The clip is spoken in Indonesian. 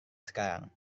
sekarang